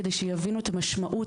כדי שיבינו את המשמעות.